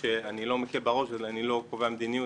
שאני לא מקל בה ראש אבל אני לא קובע מדיניות,